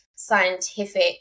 scientific